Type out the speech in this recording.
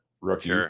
rookie